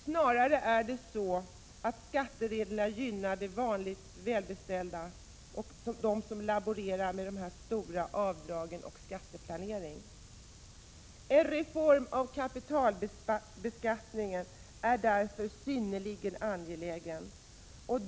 Snarare är det så att skattereglerna som vanligt gynnar de välbeställda inkomstagare som laborerar med stora avdrag och skatteplanering. En reform av kapitalbeskattningen är därför synnerligen angelägen.